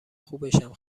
خوبشم